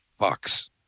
fucks